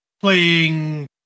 playing